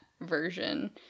version